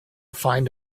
find